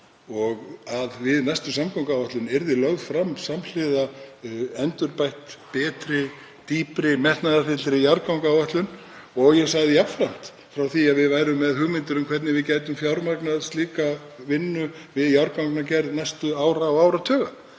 Og að við næstu samgönguáætlun yrði lögð fram samhliða endurbætt, betri, dýpri, metnaðarfyllri jarðgangaáætlun. Ég sagði jafnframt frá því að við værum með hugmyndir um hvernig við gætum fjármagnað slíka vinnu við jarðgangagerð næstu ár og áratugi,